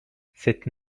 cette